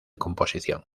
composición